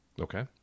okay